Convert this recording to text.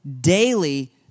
daily